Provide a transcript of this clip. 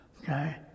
Okay